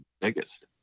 biggest